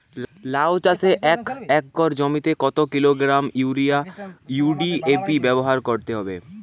লাউ চাষে এক একর জমিতে কত কিলোগ্রাম ইউরিয়া ও ডি.এ.পি ব্যবহার করতে হবে?